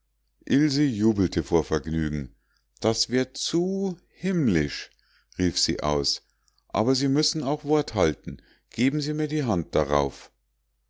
jubelte vor vergnügen das wär zu zu himmlisch rief sie aus aber sie müssen auch wort halten geben sie mir die hand darauf